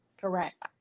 correct